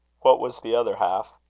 what was the other half?